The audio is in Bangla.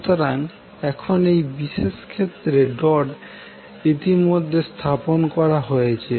সুতরাং এখন এই বিশেষ ক্ষেত্রে ডট ইতিমধ্যে স্থাপন করা হয়েছে